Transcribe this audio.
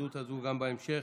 המכובדות הזו גם בהמשך,